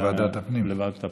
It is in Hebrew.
לוועדת הפנים?